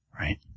right